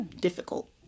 difficult